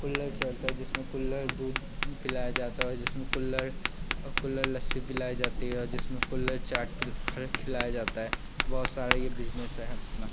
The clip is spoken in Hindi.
कुल्हड़ चलता है जिसमें कुल्हड़ दूध पिलाया जाता है और जिसमें कुल्हड़ कुल्हड़ लस्सी पिलाई जाती है और जिसमें कुल्हड़ चाट पि खल खिलाया जाता है बहुत सारे ये बिज़नेस हैं ये अपना